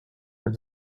are